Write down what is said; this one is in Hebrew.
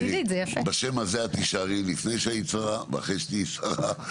הזה את תישארי לפני שהיית שרה ואחרי שתהיי שרה.